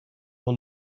will